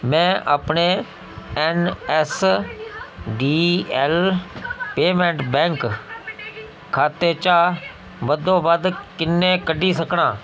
में अपने NSDL payments bank खाते चा बद्धोबद्ध किन्ने कड्ढी सकनां